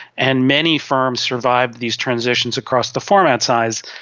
and many firms survived these transitions across the format size,